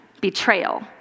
betrayal